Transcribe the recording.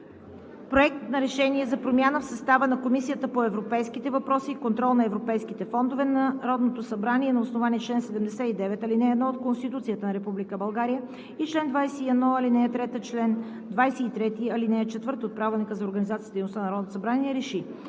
„Проект! РЕШЕНИЕ за промяна в състава на Комисията по европейските въпроси и контрол на европейските фондове Народното събрание на основание чл. 79, ал. 1 от Конституцията на Република България и чл. 21, ал. 3 и чл. 23, ал. 4 от Правилника за организацията и дейността на Народното събрание РЕШИ: